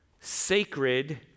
sacred